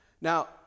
Now